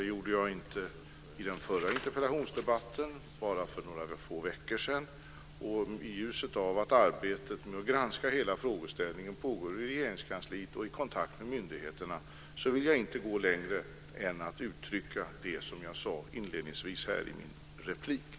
Det gjorde jag inte i den förra interpellationsdebatten för några veckor sedan. I ljuset av att arbetet med att granska frågeställningen pågår i Regeringskansliet, i kontakt med myndigheterna, vill jag inte gå längre än att uttrycka det jag sade inledningsvis i mitt anförande.